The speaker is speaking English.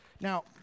now